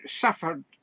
suffered